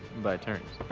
by turns.